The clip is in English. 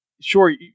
sure